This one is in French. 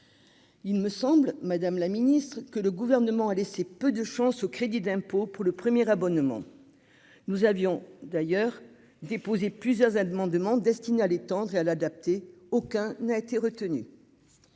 il me semble, Madame la Ministre, que le gouvernement a laissé peu de chances au crédit d'impôt pour le premier abonnement, nous avions d'ailleurs déposé plusieurs à demande demande destinée à l'étendre et à l'adapter, aucun n'a été retenue,